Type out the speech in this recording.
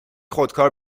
خودکار